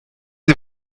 sie